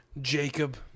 Jacob